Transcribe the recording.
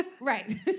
Right